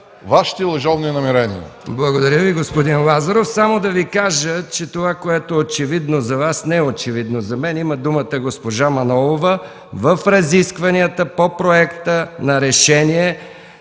Вашите лъжовни намерения.